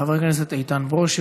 חבר הכנסת איתן ברושי,